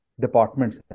departments